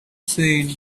said